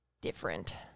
different